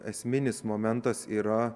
esminis momentas yra